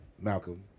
Malcolm